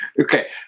Okay